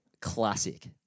classic